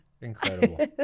Incredible